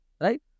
Right